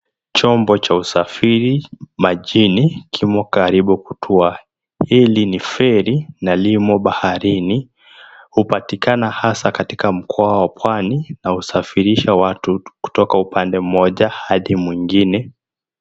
Chombo cha usafiri majini kimo karibu kutua. Hili ni feri na limo baharini. Hupatikana hasa katika mkoa waa pwani na husafirisha watu kutoka upande mmoja hadi mwingine.